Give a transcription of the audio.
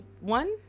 one